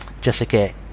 Jessica